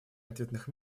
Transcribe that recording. ответных